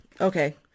Okay